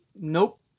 nope